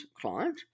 client